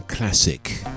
Classic